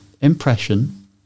impression